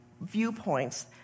viewpoints